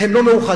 הם לא מאוחדים.